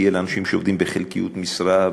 כי אלה אנשים שעובדים בחלקיות משרה,